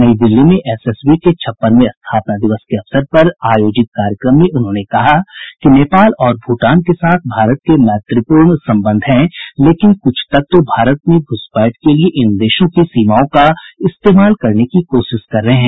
नई दिल्ली में एसएसबी के छप्पनवें स्थापना दिवस के अवसर पर आयोजित कार्यक्रम में उन्होंने कहा कि नेपाल और भूटान के साथ भारत के मैत्रीपूर्ण सम्बन्ध हैं लेकिन कुछ तत्व भारत में घुसपैठ के लिए इन देशों की सीमाओं का इस्तेमाल करने की कोशिश कर रहे हैं